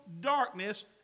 darkness